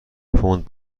پوند